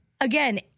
again